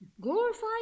Glorify